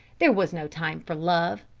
there was no time for love.